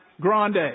grande